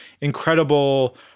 incredible